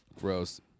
gross